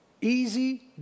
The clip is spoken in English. easy